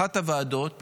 באחת הוועדות